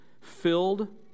filled